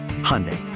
Hyundai